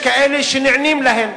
יש כאלה שנענים להן,